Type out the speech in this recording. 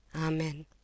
amen